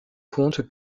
compte